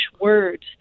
words